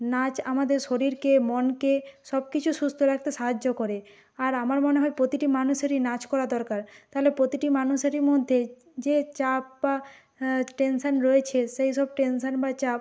নাচ আমাদের শরীরকে মনকে সব কিছু সুস্থ রাখতে সাহায্য করে আর আমার মনে হয় প্রতিটি মানুষেরই নাচ করা দরকার তাহলে প্রতিটি মানুষেরই মধ্যে যে চাপ বা টেনশন রয়েছে সেই সব টেনশন বা চাপ